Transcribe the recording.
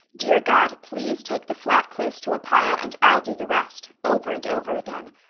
dear god, please take the flat close to a pile and i'll do the rest over and over again.